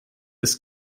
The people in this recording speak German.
ist